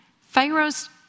Pharaoh's